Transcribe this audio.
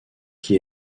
qui